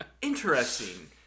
Interesting